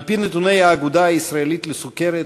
על-פי נתוני האגודה הישראלית לסוכרת,